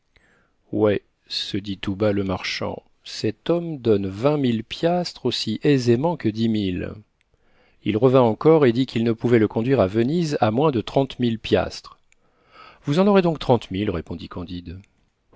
ouais se dit tout bas le marchand cet homme donne vingt mille piastres aussi aisément que dix mille il revint encore et dit qu'il ne pouvait le conduire à venise à moins de trente mille piastres vous en aurez donc trente mille répondit candide